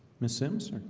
miss simpson,